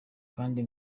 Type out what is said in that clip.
kandi